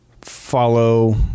follow